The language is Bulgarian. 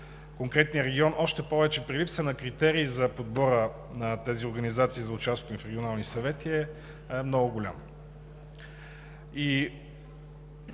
конкретния регион, още повече при липсата на критерии за подбора на тези организации за участието им в регионалните съвети, е много голям. И